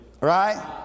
Right